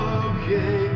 okay